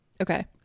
Okay